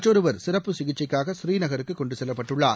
மற்றொருவர் சிறப்பு சிகிச்சைக்காக ப்ரீநகருக்கு கொண்டுசெல்லப்பட்டுள்ளார்